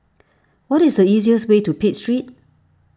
what is the easiest way to Pitt Street